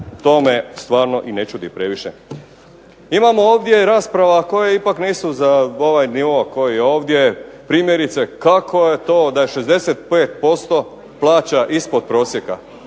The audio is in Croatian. to me stvarno i ne čudi previše. Imamo ovdje rasprava koje ipak nisu za ovaj nivo koji je ovdje, primjerice kako to da je 65% plaća ispod prosjeka.